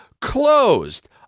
closed